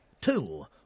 two